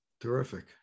Terrific